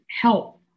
help